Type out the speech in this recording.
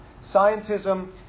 scientism